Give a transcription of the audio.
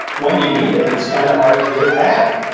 when you need it, it's kind of hard to get it back.